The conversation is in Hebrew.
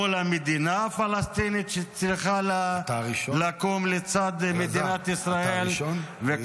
מול המדינה הפלסטינית שצריכה לקום לצד מדינת ישראל.